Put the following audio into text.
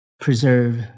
preserve